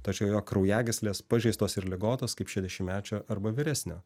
tačiau jo kraujagyslės pažeistos ir ligotos kaip šešiasdešimtmečio arba vyresnio